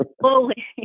slowly